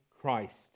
Christ